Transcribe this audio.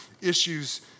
issues